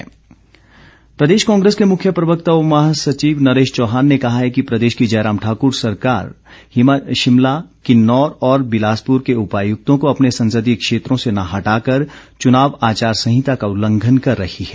नरेश चौहान प्रदेश कांग्रेस के मुख्य प्रवक्ता व महासचिव नरेश चौहान ने कहा है कि प्रदेश की जयराम ठाकुर सरकार शिमला किन्नौर और बिलासपुर के उपायुक्तों को अपने संसदीय क्षेत्रों से न हटा कर चुनाव आचार संहिता का उल्लंघन कर रही है